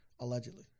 Allegedly